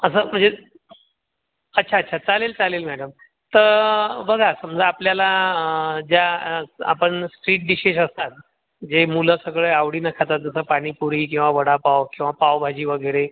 असं म्हणजे अच्छा अच्छा चालेल चालेल मॅडम तर बघा समजा आपल्याला ज्या आपण स्वीट डीशेश असतात जे मुलं सगळ्या आवडीनं खातात जसं पाणीपुरी किंवा वडापाव किंवा पावभाजी वगैरे